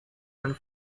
and